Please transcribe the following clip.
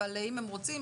אבל אם הם רוצים,